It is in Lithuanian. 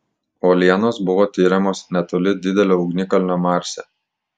uolienos buvo tiriamos netoli didelio ugnikalnio marse